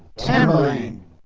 tamburlaine.